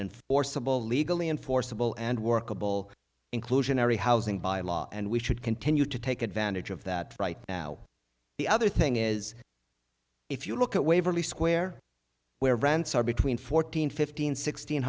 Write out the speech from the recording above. enforceable legally enforceable and workable inclusionary housing by law and we should continue to take advantage of that right now the other thing is if you look at waverly square where rents are between fourteen fifteen sixteen